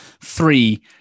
three